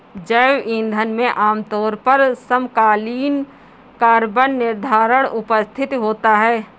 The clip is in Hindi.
जैव ईंधन में आमतौर पर समकालीन कार्बन निर्धारण उपस्थित होता है